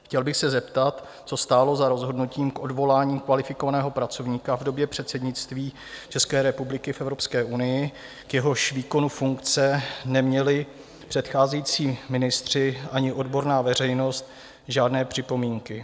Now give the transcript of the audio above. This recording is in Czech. Chtěl bych se zeptat, co stálo za rozhodnutím k odvolání kvalifikovaného pracovníka v době předsednictví České republiky v Evropské unii, k jehož výkonu funkce neměli předcházející ministři ani odborná veřejnost žádné připomínky.